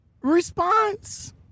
response